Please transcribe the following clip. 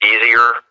easier